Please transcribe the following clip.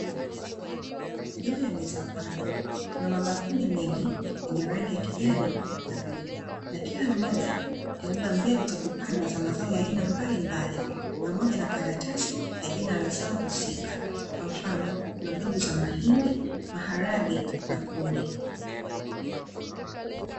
Juu ya meza pana kuna mabakuli mengi yenye rangi ya kijani na bluu, na kila mmoja yamebeba mbegu za kupanda za mazao ya aina mbalimbali, pamoja na karatasi ya jina la zao husika, kwa mfano kuna mbegu za mahindi, maharage na kunde.